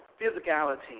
physicality